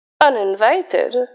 Uninvited